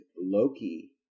Loki